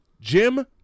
Jim